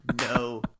no